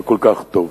וכל כך טוב?